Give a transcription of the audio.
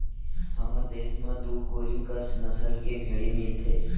हमर देस म दू कोरी कस नसल के भेड़ी मिलथें